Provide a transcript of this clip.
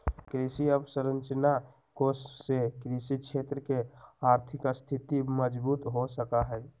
कृषि अवसरंचना कोष से कृषि क्षेत्र के आर्थिक स्थिति मजबूत हो सका हई